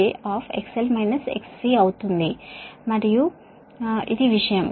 ఇది R j XL -XC అవుతుంది మరియు ఇది విషయం